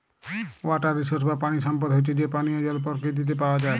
water resource বা পানি সম্পদ হচ্যে যে পানিয় জল পরকিতিতে পাওয়া যায়